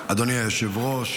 אדוני היושב-ראש,